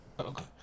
Okay